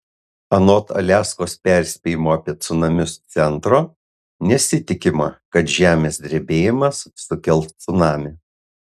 anot aliaskos perspėjimo apie cunamius centro nesitikima kad žemės drebėjimas sukels cunamį